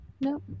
Nope